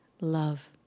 love